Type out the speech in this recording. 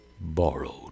borrowed